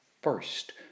first